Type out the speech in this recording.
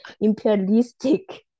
imperialistic